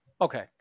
Okay